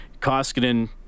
Koskinen